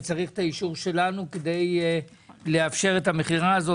וצריך את האישור שלנו כדי לאפשר את המכירה הזו.